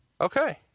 Okay